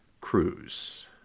cruise